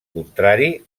contrari